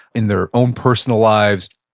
in their own personal lives,